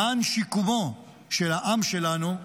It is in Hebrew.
למען שיקומו של העם שלנו,